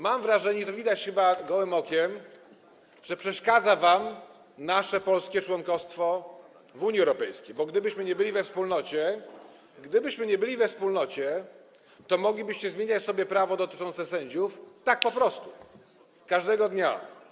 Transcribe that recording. Mam wrażenie, i to widać chyba gołym okiem, że przeszkadza wam nasze polskie członkostwo w Unii Europejskiej, bo gdybyśmy nie byli we wspólnocie, gdybyśmy nie byli we wspólnocie, to moglibyście zmieniać sobie prawo dotyczące sędziów tak po prostu każdego dnia.